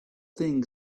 thing